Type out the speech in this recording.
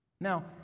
Now